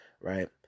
right